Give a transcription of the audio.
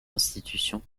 institutions